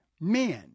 men